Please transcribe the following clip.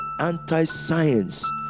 anti-science